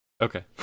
Okay